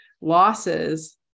losses